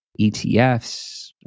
ETFs